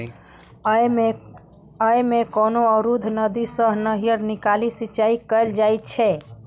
अय मे कोनो अवरुद्ध नदी सं नहरि निकालि सिंचाइ कैल जाइ छै